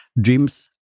Dreams